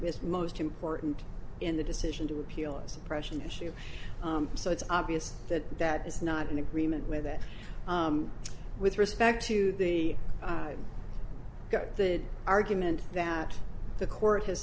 is most important in the decision to appeal a suppression issue so it's obvious that that is not in agreement with that with respect to the got the argument that the court has